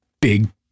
big